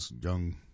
young